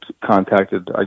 contacted